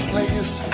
place